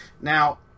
Now